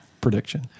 prediction